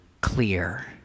clear